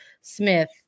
Smith